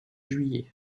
juillet